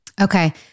Okay